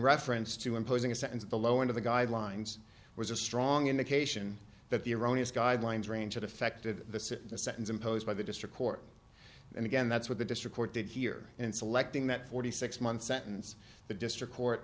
reference to imposing a sentence at the lower end of the guidelines was a strong indication that the iranians guidelines range that affected the sentence imposed by the district court and again that's what the district court did here in selecting that forty six month sentence the district court